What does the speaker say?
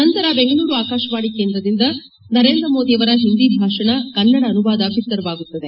ನಂತರ ಬೆಂಗಳೂರು ಆಕಾಶವಾಣಿ ಕೇಂದ್ರದಿಂದ ನರೇಂದ್ರ ಮೋದಿಯವರ ಹಿಂದಿ ಭಾಷಣ ಕನ್ನಡ ಅನುವಾದ ಬಿತ್ತರವಾಗುತ್ತದೆ